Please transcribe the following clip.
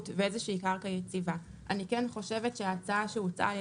ואיזושהי קרקע יציבה אני כן חושבת שההצעה שהוצעה על